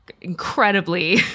incredibly